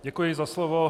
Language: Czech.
Děkuji za slovo.